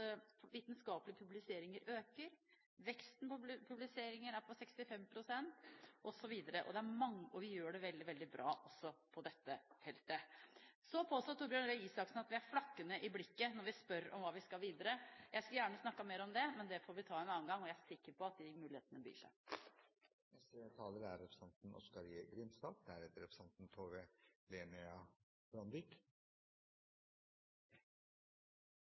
vitenskapelige publiseringer øker. Veksten på publiseringer er på 65 pst. osv., og vi gjør det veldig, veldig bra også på dette feltet. Så påstår Torbjørn Røe Isaksen at vi er flakkende i blikket når de spør om hva vi skal videre. Jeg skulle gjerne snakket mer om det, men det får vi ta en annen gang. Jeg er sikker på at de mulighetene byr seg. Med eit statsbudsjett der overskotet vil ende opp på i underkant av 400 mrd. kr, er